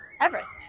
Everest